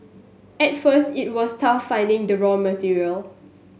at first it was tough finding the raw material